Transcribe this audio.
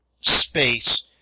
space